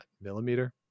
millimeter